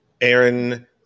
Aaron